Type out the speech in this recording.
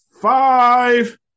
five